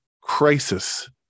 crisis